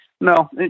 no